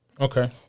Okay